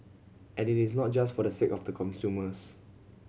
and it is not just for the sake of the consumers